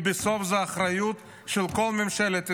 בסוף זאת אחריות של כל ממשלת ישראל.